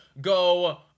go